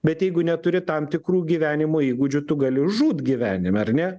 bet jeigu neturi tam tikrų gyvenimo įgūdžių tu gali žūt gyvenime ar ne